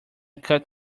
cut